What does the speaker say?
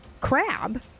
crab